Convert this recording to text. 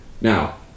Now